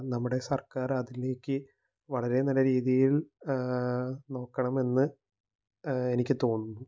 നമ്മുടെ സർക്കാർ അതിലേക്ക് വളരെ നല്ല രീതിയിൽ നോക്കണമെന്ന് എനിക്ക് തോന്നുന്നു